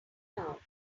now